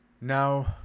Now